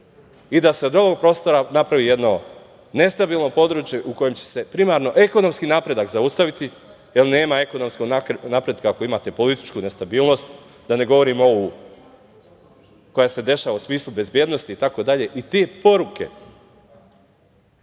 i da se od ovog prostora napravi jedno nestabilno područje u kojem će se primarno ekonomski napredak zaustaviti, jer nema ekonomskog napretka ako imate političku nestabilnost, da ne govorim ovu koja se dešava u smislu bezbednosti itd. Te poruke,